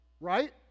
right